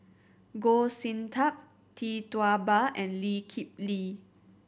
Goh Sin Tub Tee Tua Ba and Lee Kip Lee